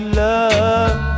love